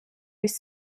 with